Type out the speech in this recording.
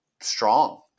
strong